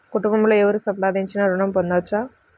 కుటుంబంలో ఎవరు సంపాదించినా ఋణం పొందవచ్చా?